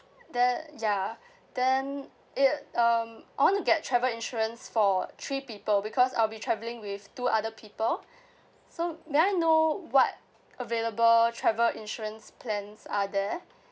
then ya then it um I want to get travel insurance for three people because I'll be travelling with two other people so may I know what available travel insurance plans are there